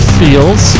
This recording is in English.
feels